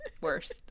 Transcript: worst